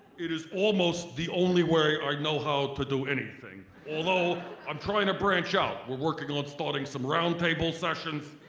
it is almost the only way i know how to do anything although i'm trying to branch out. we're working on starting some roundtable sessions